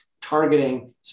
targeting